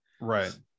Right